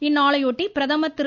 இந்நாளையொட்டி பிரதமர் திரு